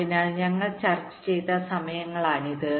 അതിനാൽ ഞങ്ങൾ ചർച്ച ചെയ്ത സമയങ്ങളാണിത്